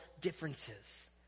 differences